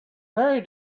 pierre